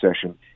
session